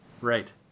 right